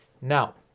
Now